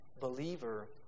believer